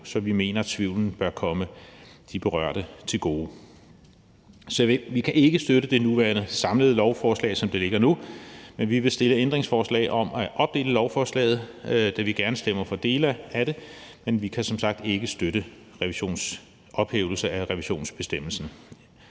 Så vi mener, at tvivlen bør komme de berørte til gode. Så vi kan ikke støtte det nuværende samlede lovforslag, som det ligger nu. Vi vil stille ændringsforslag om at opdele lovforslaget, da vi gerne stemmer for dele af det, men vi kan som sagt ikke støtte ophævelsen af revisionsbestemmelsen.